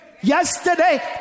yesterday